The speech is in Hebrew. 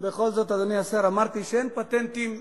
אדוני השר, אמרתי שאין פטנטים בוודאי,